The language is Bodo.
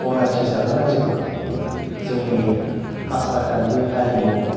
गनायथि जाखानाय जेब्ला जोंनि आसार खान्थि हारिमु